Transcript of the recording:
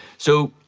so,